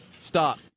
Stop